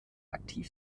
aktiv